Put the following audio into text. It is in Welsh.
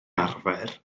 arfer